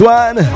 one